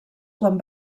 quan